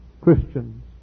Christians